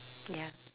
ya